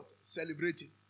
celebrating